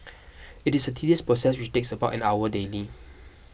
it is a tedious process which takes about an hour daily